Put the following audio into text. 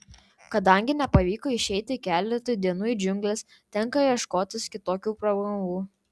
kadangi nepavyko išeiti keletui dienų į džiungles tenka ieškotis kitokių pramogų